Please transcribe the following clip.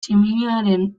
tximinoaren